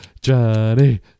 Johnny